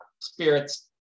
spirits